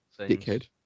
Dickhead